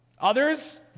Others